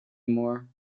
more